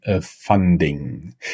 funding